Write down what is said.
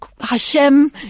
Hashem